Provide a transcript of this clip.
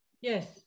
Yes